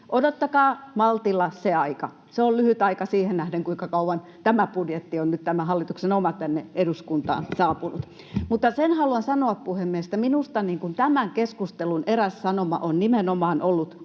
Odottakaa maltilla se aika. Se on lyhyt aika siihen nähden, kuinka kauan tämä hallituksen oma budjetti on nyt tänne eduskuntaan saapunut. Mutta sen haluan sanoa, puhemies, että minusta tämän keskustelun eräs sanoma on nimenomaan ollut